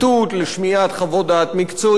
לשמיעת חוות דעת מקצועיות.